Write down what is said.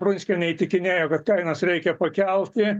prunskienė įtikinėjo kad kainas reikia pakelti